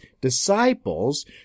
disciples